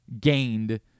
gained